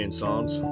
songs